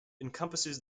encompasses